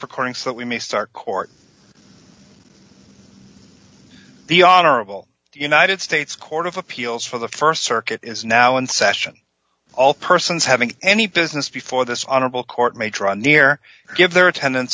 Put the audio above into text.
according so that we may start court the honorable united states court of appeals for the st circuit is now in session all persons having any business before this honorable court may draw near give their attendance